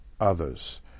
others